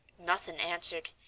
nothing answered,